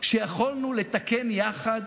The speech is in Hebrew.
שיכולנו לתקן יחד